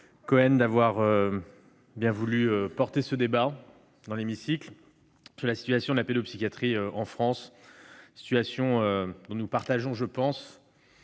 Cohen d'avoir bien voulu porter ce débat dans l'hémicycle sur la situation de la pédopsychiatrie en France. Je pense que nous partageons une